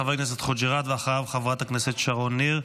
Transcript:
חבר הכנסת חוג'יראת, ואחריו, חברת הכנסת שרון ניר.